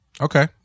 Okay